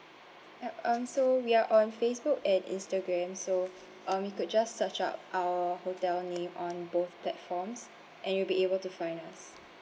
yup um so we are on Facebook and Instagram so um you could just search up our hotel name on both platforms and you'll be able to find us